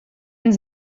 ens